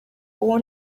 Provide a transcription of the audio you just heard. uwo